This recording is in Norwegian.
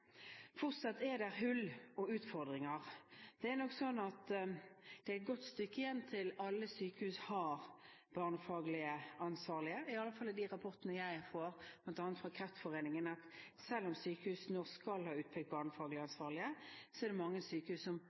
Fortsatt er det hull og utfordringer. Det er nok sånn at det er et godt stykke igjen til alle sykehus har barnefaglige ansvarlige. I alle fall i de rapportene jeg får bl.a. fra Kreftforeningen, ser vi at selv om sykehusene nå skal ha utpekt barnefaglige ansvarlige, er det mange sykehus som